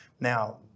Now